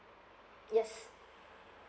yes